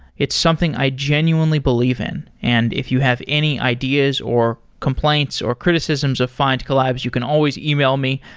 it's something i genuinely believe in, and if you have any ideas or complaints or criticisms of findcollabs, you can always email me,